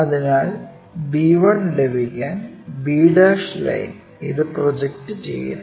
അതിനാൽ b1 ലഭിക്കാൻ b line ഇത് പ്രൊജക്റ്റ് ചെയ്യുന്നു